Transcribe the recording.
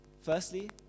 firstly